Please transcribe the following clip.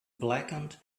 blackened